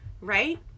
right